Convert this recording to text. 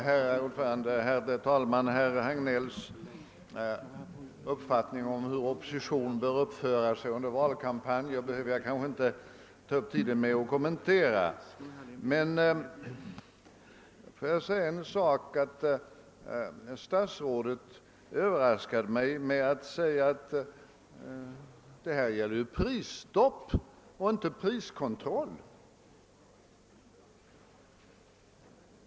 Herr talman! Herr Hagnells uppfattning om hur oppositionen bör uppföra sig under en valkampanj behöver jag kanske inte ta upp tiden med att kommentera. Stadsrådet överraskade mig med att säga att detta gäller prisstopp och inte priskontroll.